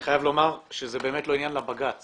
אני חייב לומר שזה באמת לא עניין לבג"ץ.